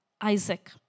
Isaac